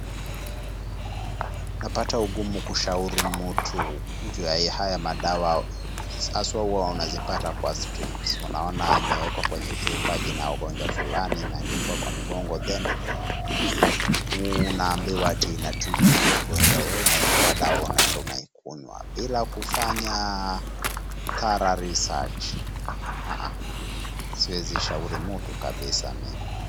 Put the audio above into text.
Napata ugumu kushauri mtu juu ya haya madawa hasa huwa wanazipata kwa streets . Unaona imewekwa kwenye chupa jina ya ugonjwa fulani imeandikwa kwa mgongo then unaambiwa ati inatibu hiyo ugonjwa wewe unachukua dawa unaenda unaikunywa bila kufanya thorough research . Siwezi shauri mtu kabisa mimi.